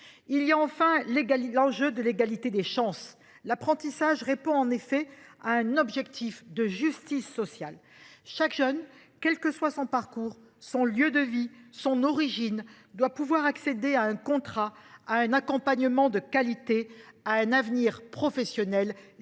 et dernier enjeu : l’égalité des chances. L’apprentissage répond à un objectif de justice sociale ; chaque jeune, quels que soient son parcours, son lieu de vie, son origine, doit pouvoir accéder à un contrat, à un accompagnement de qualité, à un avenir professionnel